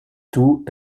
tout